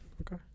Okay